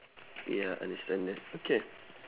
ya I understand that okay